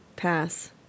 Pass